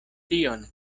tion